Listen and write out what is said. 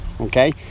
okay